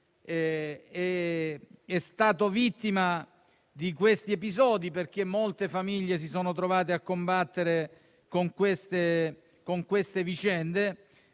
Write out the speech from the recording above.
è stato vittima di episodi del genere - molte famiglie si sono trovate a combattere con queste vicende